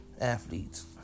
athletes